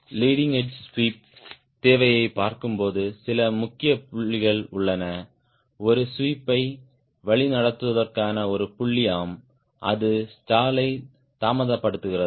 leading edge sweep தேவையைப் பார்க்கும்போது சில முக்கிய புள்ளிகள் உள்ளன ஒரு ஸ்வீப்பை வழிநடத்துவதற்கான ஒரு புள்ளி ஆம் அது ஸ்டாலை தாமதப்படுத்துகிறது